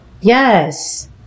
Yes